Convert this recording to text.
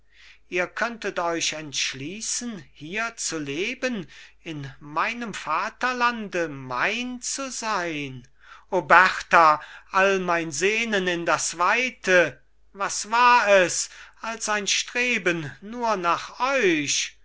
ihr könntet euch entschliessen hier zu leben in meinem vaterlande mein zu sein o berta all mein sehnen in das weite was war es als ein streben nur nach euch